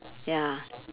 ya